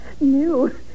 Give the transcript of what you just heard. New